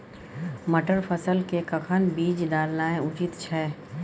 मटर फसल के कखन बीज डालनाय उचित छै?